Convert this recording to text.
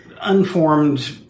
Unformed